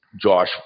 Josh